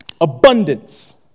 abundance